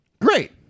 Great